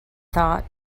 thought